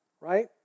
Right